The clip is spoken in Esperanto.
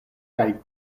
kaj